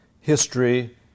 history